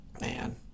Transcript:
Man